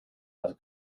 las